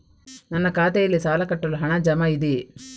ನನ್ನ ಖಾತೆಯಲ್ಲಿ ಸಾಲ ಕಟ್ಟಲು ಹಣ ಜಮಾ ಇದೆಯೇ?